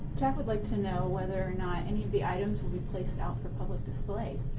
jack would like to know whether or not any of the items will be placed out for public display.